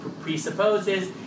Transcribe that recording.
presupposes